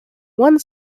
one